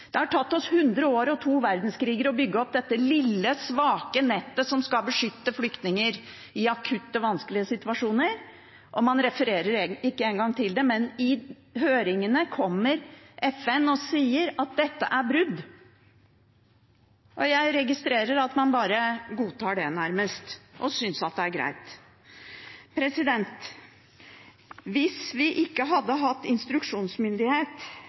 Det har tatt oss 100 år og to verdenskriger å bygge opp dette lille, svake nettet som skal beskytte flyktninger i akutte, vanskelige situasjoner, og man refererer ikke engang til det, men i høringene kommer FN og sier at dette er brudd. Jeg registrerer at man nærmest bare godtar det og synes det er greit. Hvis vi ikke hadde instruksjonsmyndighet